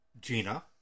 Gina